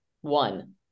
one